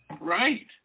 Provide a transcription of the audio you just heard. right